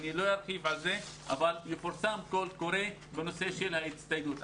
לא ארחיב על כך אבל יפורסם קול קורא בנושא של ההצטיידות.